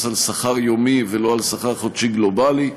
על שכר יומי ולא על שכר חודשי גלובלי.